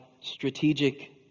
strategic